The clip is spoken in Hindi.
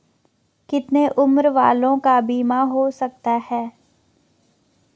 कितने उम्र वालों का बीमा हो सकता है?